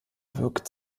wirkt